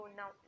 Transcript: now